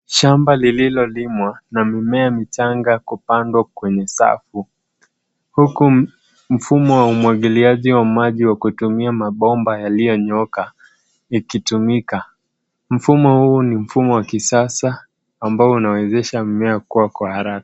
Shamba lililolimwa na mimea michanga kupandwa kwenye safu, huku mfumo wa umwagiliaji wa maji wa kutumia mabomba yaliyonyooka ikitumika. Mfumo huu ni mfumo wa kisasa ambao unawezesha mmea kukua kwa haraka.